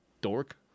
dork